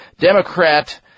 Democrat